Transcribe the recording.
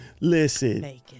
Listen